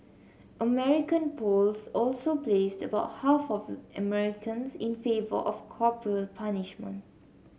American polls also placed about half of Americans in favour of corporal punishment